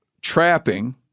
trapping